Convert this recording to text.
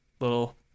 little